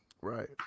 right